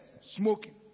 smoking